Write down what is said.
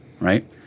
right